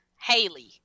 Haley